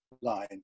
line